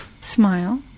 smile